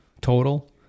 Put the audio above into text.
total